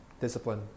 discipline